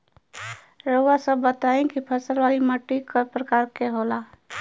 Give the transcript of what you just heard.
रउआ सब बताई कि फसल वाली माटी क प्रकार के होला?